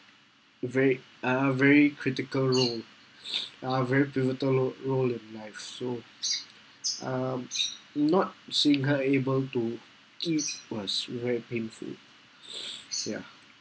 a very a very critical role a very critical role role of my soul um not seeing her able to ease was very painful ya